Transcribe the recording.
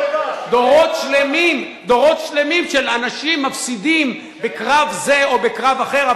דורות שלמים של אנשים מפסידים בקרב זה או בקרב אחר,